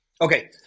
Okay